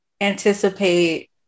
anticipate